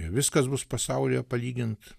viskas bus pasaulyje palygint